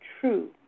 true